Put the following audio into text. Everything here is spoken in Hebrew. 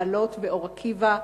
מעלות ואור-עקיבא.